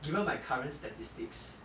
given by current statistics